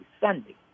Sunday